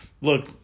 look